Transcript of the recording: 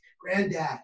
Granddad